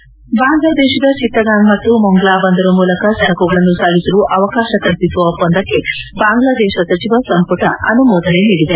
head ಬಾಂಗ್ಲಾದೇಶದ ಚಿತ್ತಗಾಂಗ್ ಮತ್ತು ಮೊಂಗ್ಲಾ ಬಂದರು ಮೂಲಕ ಸರಕುಗಳನ್ನು ಸಾಗಿಸಲು ಅವಕಾಶ ಕಲ್ಪಿಸುವ ಒಪ್ಪಂದಕ್ಕೆ ಬಾಂಗ್ಲಾದೇಶ ಸಚಿವ ಸಂಪುಟ ಅನುಮೋದನೆ ನೀಡಿದೆ